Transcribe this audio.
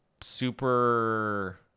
super